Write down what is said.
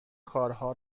کارها